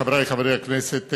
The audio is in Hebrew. חברי חברי הכנסת,